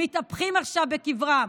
מתהפכים עכשיו בקברם.